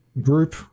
group